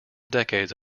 decades